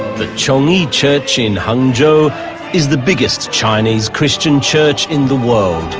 the chong-yi church in hangzhou is the biggest chinese christian church in the world.